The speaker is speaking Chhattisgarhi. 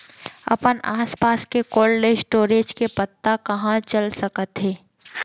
अपन आसपास के कोल्ड स्टोरेज के पता कहाँ चल सकत हे?